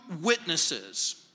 witnesses